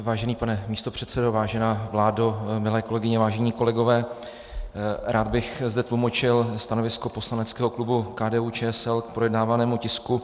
Vážený pane místopředsedo, vážená vládo, milé kolegyně, vážení kolegové, rád bych zde tlumočil stanovisko poslaneckého klubu KDUČSL k projednávanému tisku.